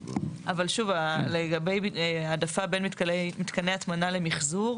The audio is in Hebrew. אבל שוב, לגבי העדפה בין מתקני הטמנה למחזור?